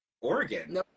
Oregon